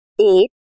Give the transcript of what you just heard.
eight